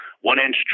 one-inch